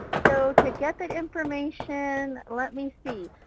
so to get that information. let me see,